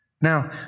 Now